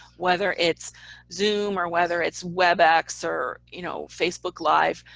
whether it's zoom or whether it's webex or you know facebook live,